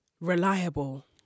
reliable